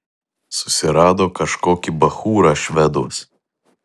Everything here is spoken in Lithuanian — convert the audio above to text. susirado kažkokį bachūrą šveduos